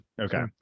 Okay